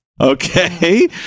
Okay